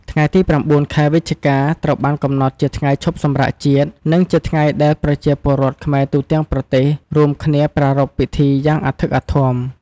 ថ្ងៃទី ៩ ខែវិច្ឆិកា ត្រូវបានកំណត់ជាថ្ងៃឈប់សម្រាកជាតិ និងជាថ្ងៃដែលប្រជាពលរដ្ឋខ្មែរទូទាំងប្រទេសរួមគ្នាប្រារព្ធពិធីយ៉ាងអធិកអធម។